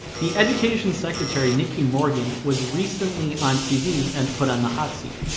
the education secretary nicky morgan was recently on tv and put on the hot seat.